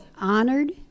Honored